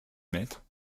maitre